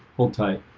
hold tight